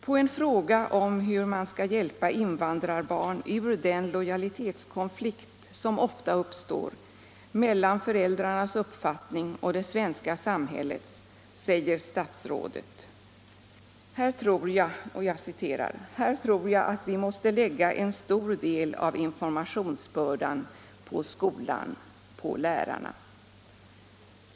På en fråga om hur man skall hjälpa invandrarbarn ur den lojalitetskonflikt som ofta uppstår mellan föräldrarnas uppfattning och det svenska samhällets säger statsrådet: ”Här tror jag att vi måste lägga en stor del av informationsbördan på skolan, på lärarna.